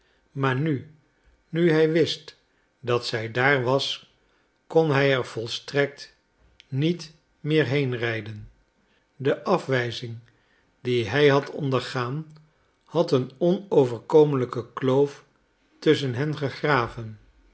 maar nu nu hij wist dat zij daar was kon hij er volstrekt niet meer heenrijden de afwijzing die hij had ondergaan had een onoverkomelijke kloof tusschen hen gegraven